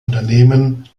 unternehmen